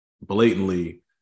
blatantly